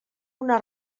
una